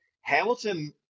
Hamilton